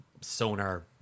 sonar